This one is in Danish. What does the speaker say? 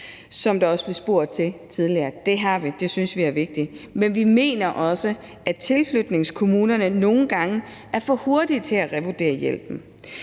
som der også blev spurgt til tidligere – det har vi, det synes vi er vigtigt, men vi mener også, at tilflytningskommunerne nogle gange er for hurtige til at revurdere hjælpen.